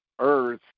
Earth